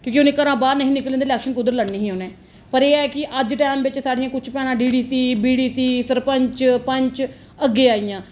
कि के उनेंगी घरा दा बाहर नेई ही निकलन दिंदे इलैक्शन कुद्धर लड़नी ही उनें पर एह है कि अज्ज टाइम बिच साढ़ियां कुछ भैनां डीडीसी बीडीसी सरपंच पंच अग्गै आइयां